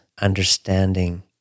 understanding